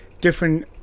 different